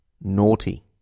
naughty